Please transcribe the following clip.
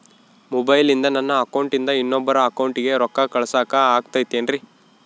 ಮೊಬೈಲಿಂದ ನನ್ನ ಅಕೌಂಟಿಂದ ಇನ್ನೊಬ್ಬರ ಅಕೌಂಟಿಗೆ ರೊಕ್ಕ ಕಳಸಾಕ ಆಗ್ತೈತ್ರಿ?